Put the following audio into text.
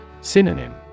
Synonym